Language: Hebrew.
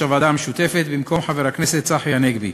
הוועדה המשותפת במקום חבר הכנסת צחי הנגבי,